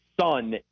son